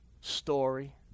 story